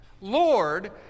Lord